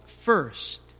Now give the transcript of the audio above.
first